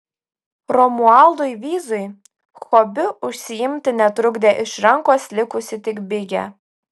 romualdui vyzui hobiu užsiimti netrukdė iš rankos likusi tik bigė